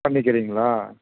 பண்ணிக்கிறீங்களா